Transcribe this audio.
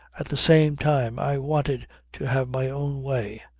at the same time i wanted to have my own way.